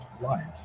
life